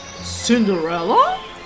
Cinderella